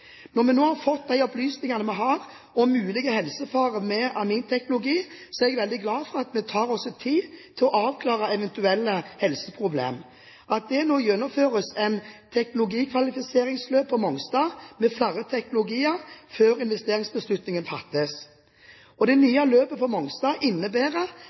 Når vi nå har fått de opplysningene vi har om mulig helsefare ved aminteknologien, er jeg veldig glad for at vi tar oss tid til å avklare eventuelle helseproblemer, og at det nå gjennomføres et teknologikvalifiseringsløp på Mongstad med flere teknologier – før investeringsbeslutningen fattes. Det nye løpet på Mongstad innebærer at det brukes inntil tre år på teknologikvalifisering og